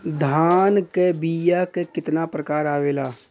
धान क बीया क कितना प्रकार आवेला?